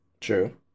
True